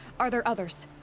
are there others?